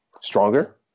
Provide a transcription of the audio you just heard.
stronger